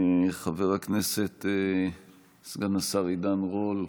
חבר הכנסת סגן השר עידן רול,